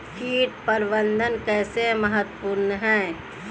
कीट प्रबंधन कैसे महत्वपूर्ण है?